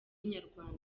inyarwanda